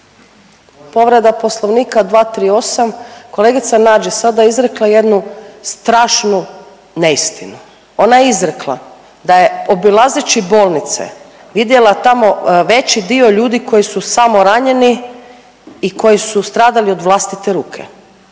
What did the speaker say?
Povreda Poslovnika 238., kolegica Nađ je sada izrekla jednu strašnu neistinu. Ona je izrekla da je obilazeći bolnice vidjela tamo veći dio ljudi koji su samoranjeni i koji su stradali od vlastite ruke.